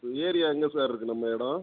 area எங்கே sir இருக்குது நம்ம இடம்